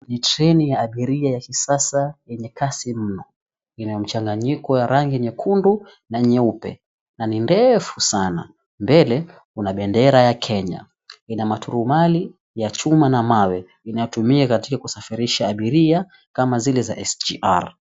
Ni treni ya abiria ya kisasa yenye kasi mno. Ina mchanganyiko ya rangi nyekundu na nyeupe na ni ndefu sana. Mbele, kuna bendera ya Kenya. Ina maturumali ya chuma na mawe inayotumika katika kusafirisha abiria kama zile za SGR.